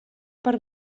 per